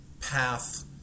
path